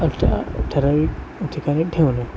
अशा ठराविक ठिकाणी ठेवणे